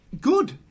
Good